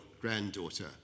granddaughter